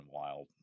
wild